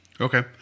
okay